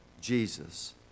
Jesus